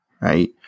Right